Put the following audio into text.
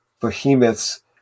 behemoths